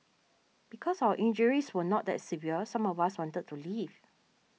because our injuries were not that severe some of us wanted to leave